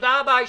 תודה רבה.